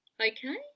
okay